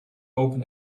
open